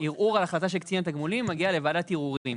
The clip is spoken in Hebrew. ערעור על החלטה של קצין התגמולים מגיע לוועדת הערעורים.